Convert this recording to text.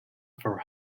for